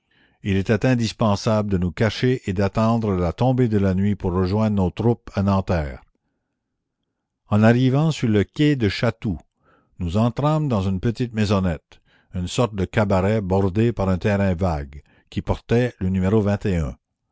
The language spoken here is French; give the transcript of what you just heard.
il était indispensable de nous cacher et d'attendre la tombée de la nuit pour rejoindre nos troupes à nanterre la commune en arrivant sur le quai de chatou nous entrâmes dans une petite maisonnette une sorte de cabaret bordé par un terrain vague qui portait le